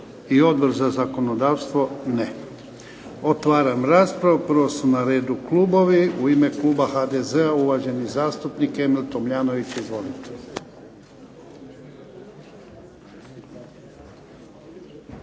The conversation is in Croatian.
I Odbor za zakonodavstvo? Ne. Otvaram raspravu. Prvo su na redu klubovi. U ime kluba HDZ-a uvaženi zastupnik Emil Tomljanović. Izvolite.